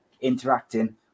interacting